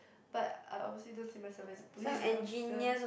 but I honestly don't see myself as a police officer